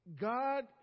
God